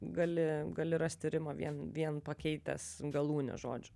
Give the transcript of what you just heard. gali gali rasti rimą vien vien pakeitęs galūnę žodžių